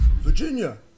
Virginia